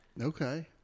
Okay